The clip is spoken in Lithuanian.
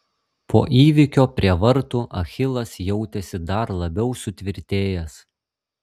po įvykio prie vartų achilas jautėsi dar labiau sutvirtėjęs